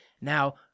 Now